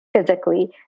physically